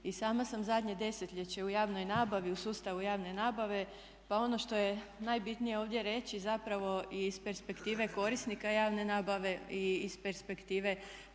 I sama sam zadnje desetljeće u javnoj nabavi u sustavu javne nabave pa ono što je najbitnije ovdje reći zapravo iz perspektive korisnika javne nabave i iz perspektive